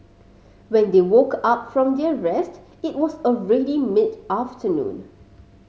when they woke up from their rest it was already mid afternoon